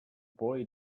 boy